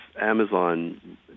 Amazon